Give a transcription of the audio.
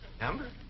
Number